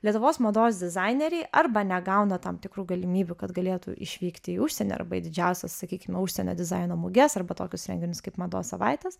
lietuvos mados dizaineriai arba negauna tam tikrų galimybių kad galėtų išvykti į užsienį arba į didžiausias sakykim užsienio dizaino muges arba tokius renginius kaip mados savaitės